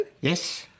Yes